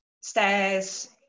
stairs